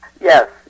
Yes